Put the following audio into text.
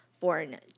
Born